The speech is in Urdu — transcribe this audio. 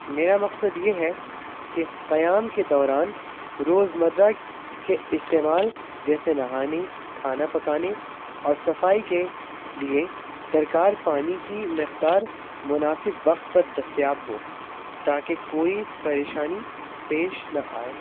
میرا مقصد یہ ہے کہ قیام کے دوران روزمرہ کے استعمال جیسے نہانے کھانا پکانے اور صفائی کے لیے درکار پانی کی مقدار مناسب وقت پر دستیاب ہو تاکہ کوئی پریشانی پیش نہ آئے